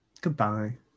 Goodbye